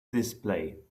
display